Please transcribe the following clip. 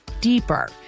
deeper